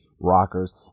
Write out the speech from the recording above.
rockers